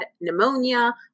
pneumonia